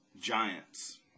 giants